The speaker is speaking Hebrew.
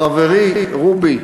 חברי רובי,